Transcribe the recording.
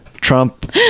Trump